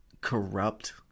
corrupt